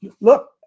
Look